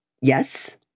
Yes